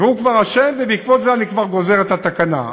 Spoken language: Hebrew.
הוא כבר אשם, ובעקבות זה אני כבר גוזר את התקנה.